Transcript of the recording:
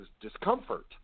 discomfort